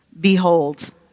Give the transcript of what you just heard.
behold